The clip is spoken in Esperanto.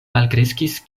malkreskis